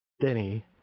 denny